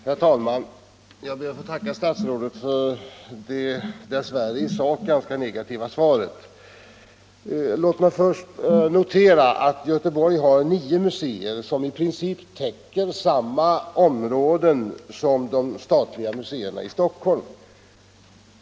Herr talman! Jag ber att få tacka statsrådet för det dess värre i sak ganska negativa svaret. Låt mig först notera att Göteborg har nio museer, som i princip täcker samma områden som de statliga museerna i Stockholm.